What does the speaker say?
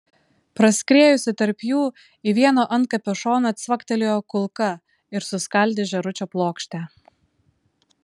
praskriejusi tarp jų į vieno antkapio šoną cvaktelėjo kulka ir suskaldė žėručio plokštę